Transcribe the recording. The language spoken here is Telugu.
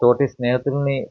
తోటి స్నేహితులని